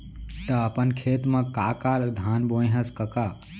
त अपन खेत म का का धान बोंए हस कका?